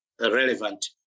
relevant